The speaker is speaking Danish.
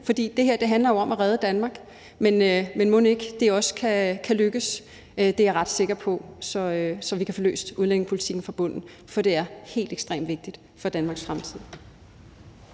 for det her handler jo om at redde Danmark. Men mon ikke også det kan lykkes – det er jeg ret sikker på – så vi kan få løst udlændingepolitikken fra bunden, for det er helt ekstremt vigtigt for Danmarks fremtid.